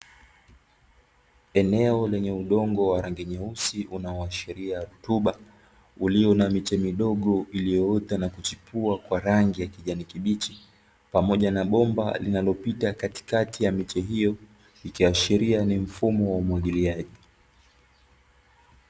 Eneo lenye udongo wa rangi nyeusi unaoashiria rutuba, ulio na miche midogo iliyoota na kuchipua kwa rangi ya kijani kibichi, pamoja na bomba linalopita katikati ya miche hiyo, ikiashiria ni mfumo wa umwagiliaji.